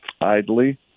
idly